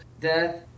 death